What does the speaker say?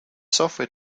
software